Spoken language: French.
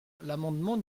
l’amendement